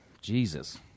Jesus